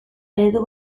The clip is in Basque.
eredu